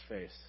face